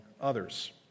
others